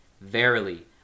Verily